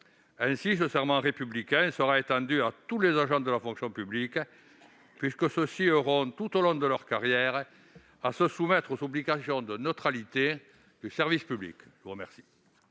Ce serment républicain sera par conséquent étendu à tous les agents de la fonction publique qui auront, tout au long de leur carrière, à se soumettre aux obligations de neutralité du service public.